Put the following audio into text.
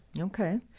Okay